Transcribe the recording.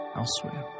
elsewhere